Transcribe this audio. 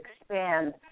expand